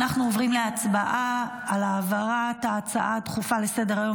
אנחנו עוברים להצבעה על העברת ההצעה הדחופה לסדר-היום